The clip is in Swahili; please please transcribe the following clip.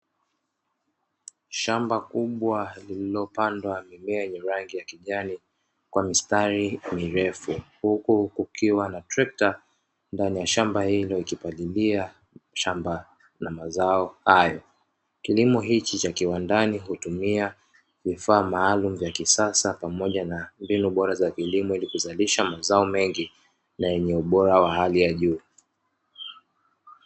Shamba kubwa lililopandwa mimea yenye rangi ya kijani kwa mistari mirefu, huku kukiwa na trekta ndani ya shamba hilo, ikipalilia shamba la mazao hayo. Kilimo hichi cha kiwandani hutumia vifaa maalumu vya kisasa, pamoja na mbinu bora za kilimo, ili kuzalisha mazao mengi na yenye ubora wa hali ya juu.